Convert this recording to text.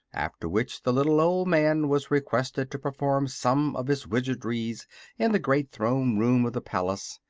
after which the little old man was requested to perform some of his wizardries in the great throne room of the palace.